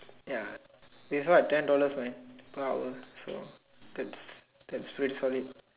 ya this one what ten dollars man ten dollar straight forward